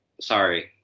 sorry